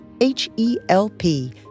H-E-L-P